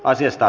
asiasta